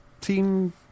Team